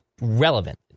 relevant